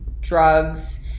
drugs